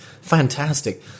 fantastic